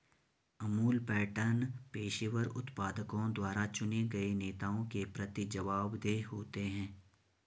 Amul pattern पेशेवर उत्पादकों द्वारा चुने गए नेताओं के प्रति जवाबदेह होते हैं